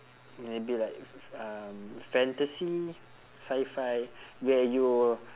maybe like f~ f~ um fantasy sci-fi where you'll